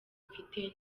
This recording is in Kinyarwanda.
mfite